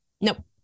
Nope